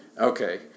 Okay